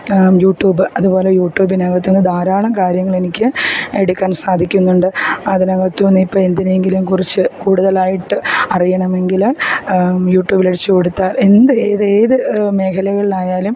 YouTube അതുപോലെ യൂട്യൂബിനകത്തുനിന്നും ധാരാളം കാര്യങ്ങൾ എനിക്ക് എടുക്കാൻ സാധിക്കുന്നുണ്ട് അതിനകത്തുനിന്ന് ഇപ്പം എന്തിനെയെങ്കിലും കുറിച്ച് കൂടുതലായിട്ട് അറിയണമെങ്കിൽ യൂട്യൂബിൽ അടിച്ചുകൊടുത്താൽ എന്ത് ഏത് ഏത് മേഖലകളിലായാലും